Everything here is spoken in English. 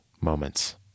moments